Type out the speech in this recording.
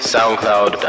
SoundCloud